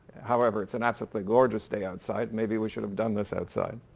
however it's an absolutely gorgeous day outside, maybe we should have done this outside.